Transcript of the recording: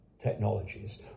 technologies